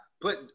Put